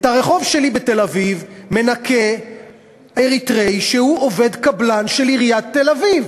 את הרחוב שלי בתל-אביב מנקה אריתריאי שהוא עובד קבלן של עיריית תל-אביב,